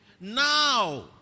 Now